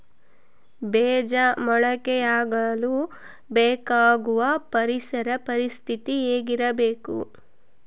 ಬೇಜ ಮೊಳಕೆಯಾಗಲು ಬೇಕಾಗುವ ಪರಿಸರ ಪರಿಸ್ಥಿತಿ ಹೇಗಿರಬೇಕು?